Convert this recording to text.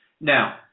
Now